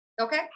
Okay